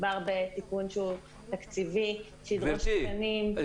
מדובר בתיקון תקציבי שידרוש תקנים.